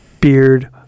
beard